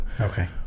Okay